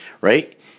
Right